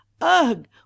Ugh